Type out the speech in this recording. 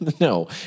No